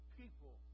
people